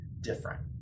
different